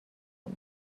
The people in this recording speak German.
und